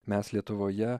mes lietuvoje